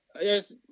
Yes